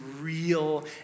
real